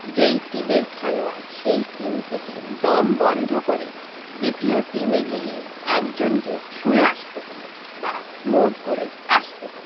যেই টিমের খেলোয়াড় সেই টিম থেকে দম বন্ধ করে দ্বিতীয় টিমে গিয়ে একজনকে ছুঁয়ে আসতে হবে বা মোড করে আসতে হবে